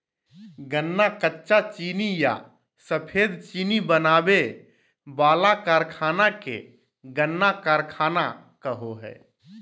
गन्ना कच्चा चीनी या सफेद चीनी बनावे वाला कारखाना के गन्ना कारखाना कहो हइ